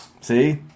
see